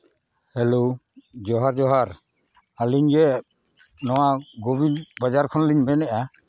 hello ᱡᱚᱦᱟᱨ ᱡᱚᱦᱟᱨ ᱟᱹᱞᱤᱧ ᱜᱮ ᱱᱚᱣᱟ ᱜᱳᱵᱤᱱ ᱵᱟᱡᱟᱨ ᱠᱷᱚᱱᱞᱤᱧ ᱢᱮᱱᱮᱫᱼᱟ